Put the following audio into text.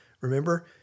Remember